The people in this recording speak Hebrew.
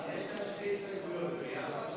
שתי הסתייגויות.